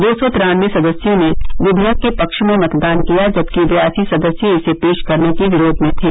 दो सौ तिरानवे सदस्यों ने विधेयक के पक्ष में मतदान किया जबकि बेयासी सदस्य इसे पेश करने के विरोध में थे